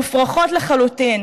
מופרכות לחלוטין.